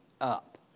up